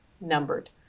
numbered